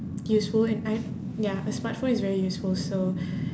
useful and I ya a smartphone is very useful so